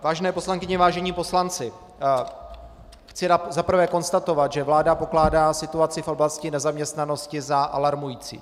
Vážené poslankyně, vážení poslanci, chci za prvé konstatovat, že vláda pokládá situaci v oblasti nezaměstnanosti za alarmující.